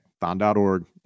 THON.org